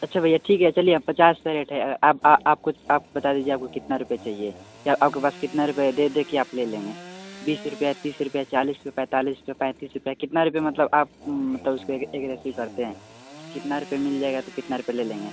अच्छा भैया ठीक है चलिए आप पचास रुपये रेट है अब आप कुछ आप बता दीजिए आपको कितना रुपये चहिए या आपके पास कितना रुपये है देदे के आप ले लेंगे बीस रुपया है तीस रुपया है चालीस पर पैंतालीस रुपया पैंतीस रुपया कितना रुपया मतलब आप मतलब उसपर एग्रेसिव करते हैं कितना रुपये मिल जाएगा तो कितना रुपये ले लेंगे